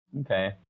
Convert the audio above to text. Okay